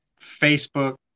Facebook